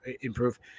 improve